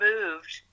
moved